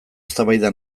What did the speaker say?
eztabaida